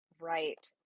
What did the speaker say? Right